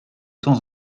temps